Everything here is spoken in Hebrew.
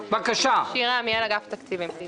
אני שירה עמיאל, מאגף תקציבים.